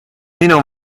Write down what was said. minu